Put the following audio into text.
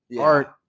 art